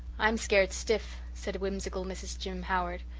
i'm scared stiff, said whimsical mrs. jim howard.